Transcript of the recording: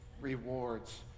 rewards